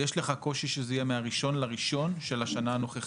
יש לך קושי שזה יהיה מה-1 בינואר של השנה הנוכחית,